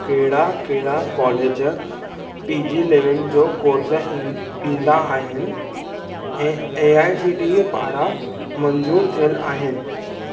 कहिड़ा कहिड़ा college P G level जो कोर्स इन ॾींदा आहिनि ऐं ए आई सी टी पारां मंज़ूरु थियलु आहिनि